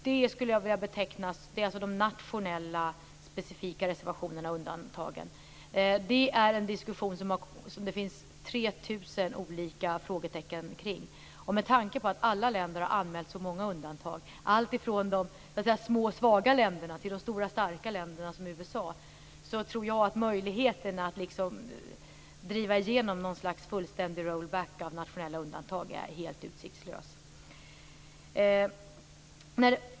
Det är alltså de nationella specifika reservationerna och undantagen. Det är en diskussion som det finns 3 000 olika frågetecken kring. Med tanke på att alla länder har anmält så många undantag, alltifrån de små svaga länderna till de stora starka länderna som USA, tror jag att möjligheten att driva igenom något slags fullständig roll back av nationella undantag är helt utsiktslös.